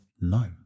no